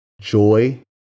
joy